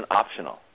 optional